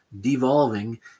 devolving